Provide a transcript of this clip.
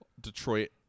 Detroit